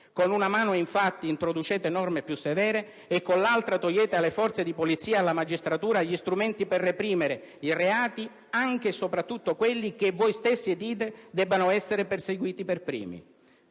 Con una mano infatti introducete norme più severe e con l'altra togliete alle Forze di polizia e alla magistratura gli strumenti per reprimere i reati, anche e soprattutto quelli che voi stessi dite debbano essere perseguiti per primi.